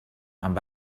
amb